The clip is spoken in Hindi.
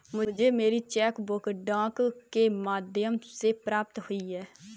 मुझे मेरी चेक बुक डाक के माध्यम से प्राप्त हुई है